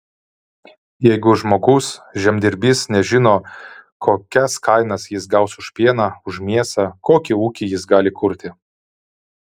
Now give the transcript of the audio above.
jeigu žmogus žemdirbys nežino kokias kainas jis gaus už pieną už mėsą kokį ūkį jis gali kurti